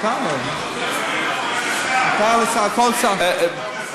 מותר לו, כבוד השר, מותר לכל שר, מאיר,